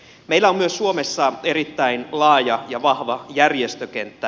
meillä on suomessa erittäin laaja ja vahva järjestökenttä